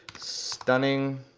stunning